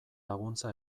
laguntza